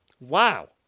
Wow